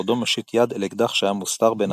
בעודו מושיט יד אל אקדח שהיה מוסתר בנעלו.